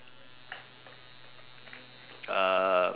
um